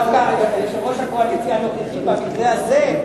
דווקא יושב-ראש הקואליציה הנוכחי במקרה הזה,